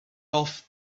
off